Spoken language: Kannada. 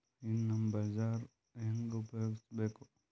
ಈ ನಮ್ ಬಜಾರ ಹೆಂಗ ಉಪಯೋಗಿಸಬೇಕು?